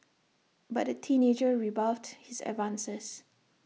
but the teenager rebuffed his advances